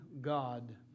God